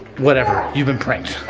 whatever, you've been pranked.